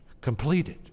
Completed